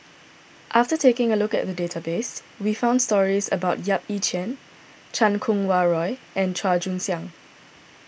after taking a look at the database we found stories about Yap Ee Chian Chan Kum Wah Roy and Chua Joon Siang